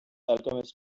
alchemist